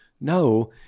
no